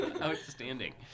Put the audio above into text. Outstanding